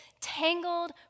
tangled